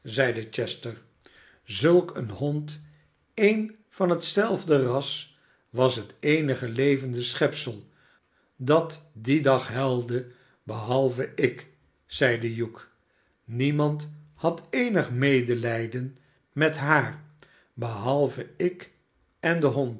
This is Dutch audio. chester zulk een hond een van hetzelfde ras was het eenige levende schepsel dat dien dag huilde behalve ik zeide hugh sniemand had eenig medelijden met haar behalve ik en de hond